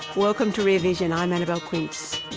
welcome to rear vision i'm annabelle quince.